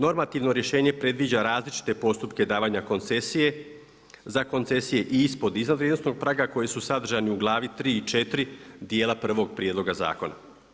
Normativno rješenje predviđa različite postupke davanja koncesije za koncesije i ispod i iznad vrijednosnog praga koji su sadržani u glavi 3 i 4 dijela prvog prijedloga zakona.